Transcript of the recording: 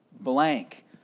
blank